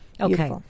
Okay